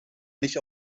nicht